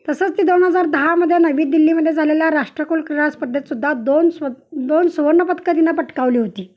तसंच ती दोन हजार दहामध्ये नवी दिल्लीमध्ये झालेल्या राष्ट्रकुल क्रीडा स्पर्धेत सुद्धा दोन स्व दोन सुवर्णपदकं तिनं पटकावली होती